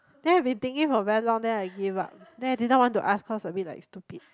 then I've been thinking for very long then I give up then I didn't want to ask cause a bit like stupid